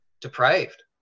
depraved